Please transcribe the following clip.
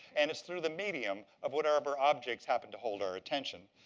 and it's through the medium of whatever objects happen to hold our attention.